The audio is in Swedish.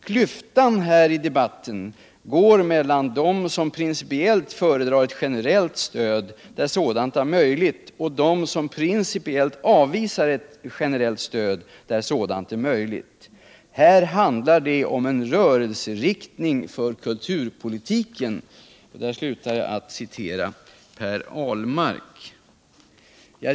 Klyftan här i debatten går mellan dem som principieHt föredrar ett generellt stöd, där sådant är möjligt, och dem som principiellt avvisar ett generellt stöd, där sådant är möjligt. Här handlar det om en rörelseinriktning för kulturpolitiken.” —- Där slutar jag att citera Per Ahlmark.